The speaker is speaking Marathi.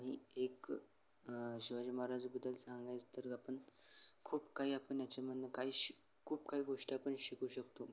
आणि एक शिवाजी महाराजाबद्दल चांगलायच तर आपण खूप काही आपण याच्यामधनं काही शि खूप काही गोष्टी आपण शिकू शकतो